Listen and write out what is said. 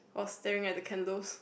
I was staring at the candles